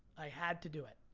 i had to do it,